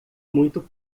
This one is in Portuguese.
muito